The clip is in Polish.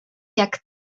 jak